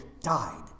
died